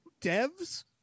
devs